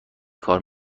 کار